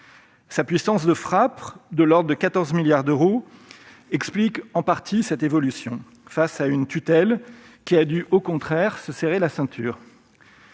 Sa puissance de frappe, de l'ordre de 14 milliards d'euros, explique en partie cette évolution, face à une tutelle qui, elle, a dû au contraire se serrer la ceinture.